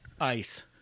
Ice